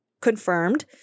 confirmed